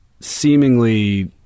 seemingly